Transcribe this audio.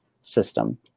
system